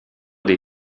dei